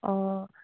অঁ